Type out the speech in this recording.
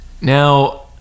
Now